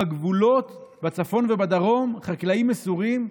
בגבולות, בצפון ובדרום, חקלאים מסורים,